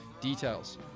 details